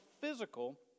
physical